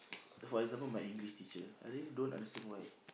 for example my English teacher I really don't understand why